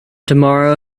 tomorrow